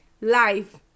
Life